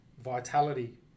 vitality